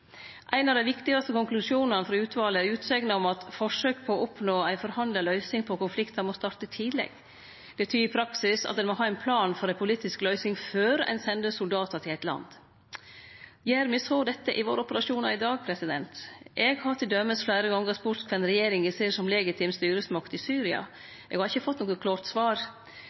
Ein av dei viktigaste konklusjonane frå utvalet er utsegna om at forsøk på å oppnå ei forhandla løysing på konflikten må starte tidleg. Det betyr i praksis at ein må ha ein plan for ei politisk løysing før ein sender soldatar til eit land. Gjer me dette i våre operasjonar i dag? Eg har til dømes fleire gongar spurt kven regjeringa ser som legitim styresmakt i Syria. Eg har ikkje fått noko klart svar.